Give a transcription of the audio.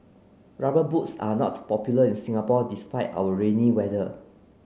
rubber boots are not popular in Singapore despite our rainy weather